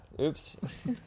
Oops